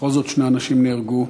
בכל זאת, שני אנשים נהרגו.